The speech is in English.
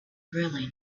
really